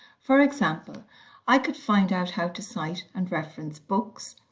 for example i could find out how to cite and reference books,